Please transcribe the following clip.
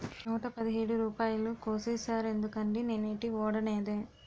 నూట పదిహేడు రూపాయలు కోసీసేరెందుకండి నేనేటీ వోడనేదే